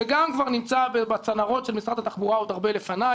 שגם כבר נמצא בצנרות של משרד התחבורה עוד הרבה לפניי